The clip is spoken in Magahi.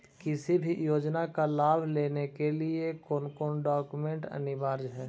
किसी भी योजना का लाभ लेने के लिए कोन कोन डॉक्यूमेंट अनिवार्य है?